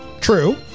True